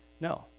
no